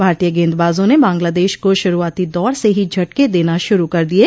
भारतीय गें दबाजों ने बांग्लादेश को शुरूआती दौर से ही झटके देना शुरू कर दिये